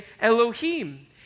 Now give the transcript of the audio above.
Elohim